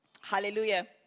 Hallelujah